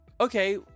okay